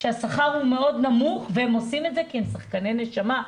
שהשכר מאוד נמוך והם עושים את זה כי הם שחקני נשמה.